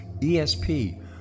ESP